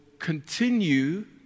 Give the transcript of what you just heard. continue